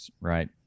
right